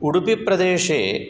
उडुपिप्रदेशे